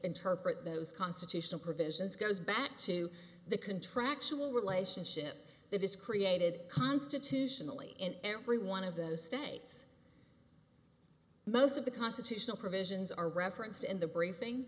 interpret those constitutional provisions goes back to the contractual relationship that is created constitutionally in every one of those states most of the constitutional provisions are referenced in the briefing